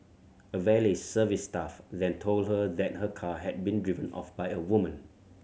a valet service staff then told her that her car had been driven off by a woman